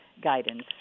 guidance